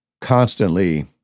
constantly